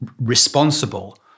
responsible